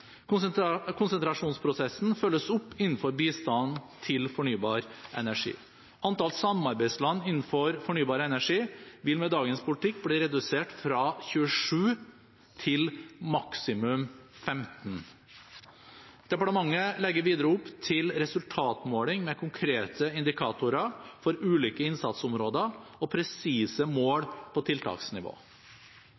Konsentrasjonsprosessen følges opp innenfor bistanden til fornybar energi. Antall samarbeidsland innenfor fornybar energi vil med dagens politikk bli redusert fra 27 til maksimum 15. Departementet legger videre opp til resultatmåling med konkrete indikatorer for ulike innsatsområder og presise mål på tiltaksnivå.